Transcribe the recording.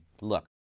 look